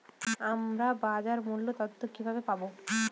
আমরা বাজার মূল্য তথ্য কিবাবে পাবো?